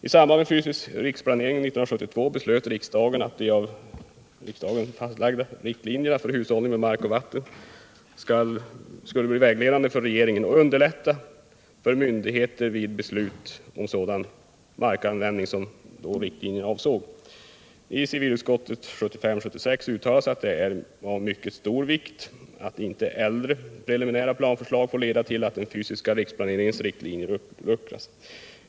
I samband med frågan om fysisk riksplanering 1972 beslöt riksdagen att de av riksdagen fastlagda riktlinjerna för hushållningen med mark och vatten skulle bli vägledande för regeringen och underlätta för myndigheter vid beslut om sådan markanvändning som riktlinjerna avser. Civilutskottet uttalade vid riksmötet 1975/76 att det är av mycket stor vikt att äldre preliminära planförslag inte får leda till att riktlinjerna för den fysiska riksplaneringen uppluckras.